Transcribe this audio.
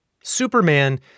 Superman